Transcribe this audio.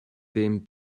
ddim